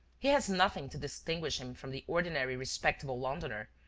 he has nothing to distinguish him from the ordinary respectable londoner,